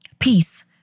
Peace